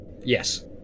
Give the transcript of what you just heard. Yes